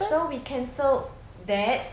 so we cancelled that